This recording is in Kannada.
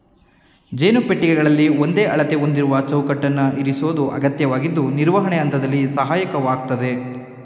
ಜೇನು ಪೆಟ್ಟಿಗೆಗಳಲ್ಲಿ ಒಂದೇ ಅಳತೆ ಹೊಂದಿರುವ ಚೌಕಟ್ಟನ್ನು ಇರಿಸೋದು ಅಗತ್ಯವಾಗಿದ್ದು ನಿರ್ವಹಣೆ ಹಂತದಲ್ಲಿ ಸಹಾಯಕವಾಗಯ್ತೆ